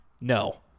No